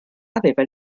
aveva